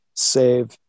save